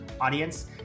audience